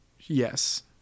Yes